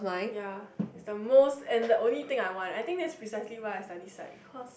ya is the most and the only thing I want I think that's precisely why I studied psych because